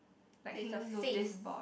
like hanging notice board